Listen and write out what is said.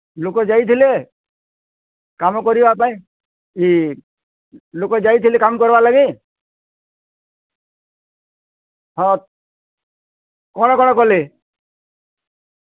ଲୋକ ଯାଇଥିଲେ କାମ କରିବା ପାଇଁ ଲୋକଯାଇଥିଲେ କାମ୍ କର୍ବା ଲାଗି ହଁ କ'ଣ କ'ଣ କଲେ